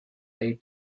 they